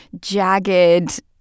jagged